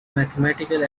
mathematical